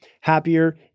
Happier